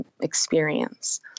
experience